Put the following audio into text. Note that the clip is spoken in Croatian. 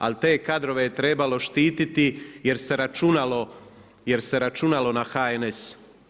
Al te kadrove je trebalo štiti jer se računalo na HNS.